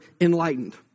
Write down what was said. enlightened